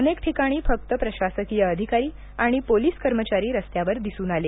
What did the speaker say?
अनेक ठिकाणी फक्त प्रशासकीय अधिकारी आणि पोलीस कर्मचारी रस्त्यावर दिसून आले